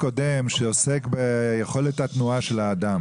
קודם שעוסק ביכולת התנועה של האדם.